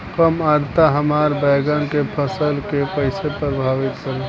कम आद्रता हमार बैगन के फसल के कइसे प्रभावित करी?